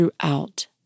throughout